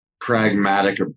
pragmatic